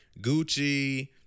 Gucci